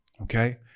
Okay